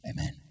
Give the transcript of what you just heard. amen